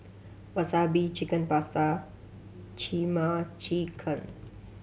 Wasabi Chicken Pasta Chimichickens